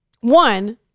one